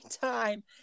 time